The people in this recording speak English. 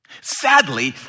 Sadly